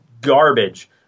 garbage